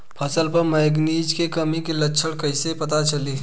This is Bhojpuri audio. फसल पर मैगनीज के कमी के लक्षण कइसे पता चली?